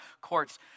courts